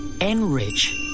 Enrich